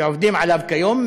שעובדים עליו כיום,